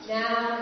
now